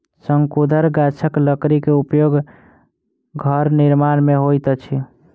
शंकुधर गाछक लकड़ी के उपयोग घर निर्माण में होइत अछि